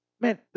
Man